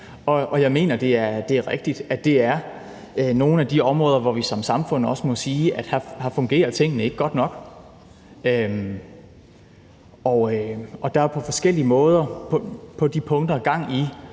og jeg mener, det er rigtigt, at det er nogle af de områder, hvor vi som samfund også må sige, at her fungerer tingene ikke godt nok. Der er på forskellige måder på de punkter gang i